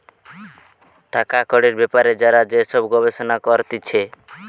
টাকা কড়ির বেপারে যারা যে সব গবেষণা করতিছে